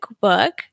book